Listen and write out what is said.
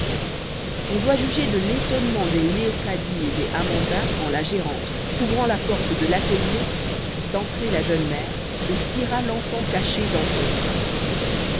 on doit juger de l'étonnement des léocadie et des amanda quand la gérante ouvrant la porte de l'atelier fit entrer la jeune mère et tira l'enfant caché dans son sein